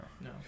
No